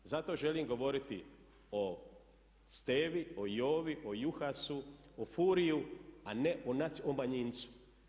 Zato želim govoriti o Stevi, o Jovi, o Juhasu, o Furiu a ne o manjincu.